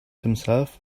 himself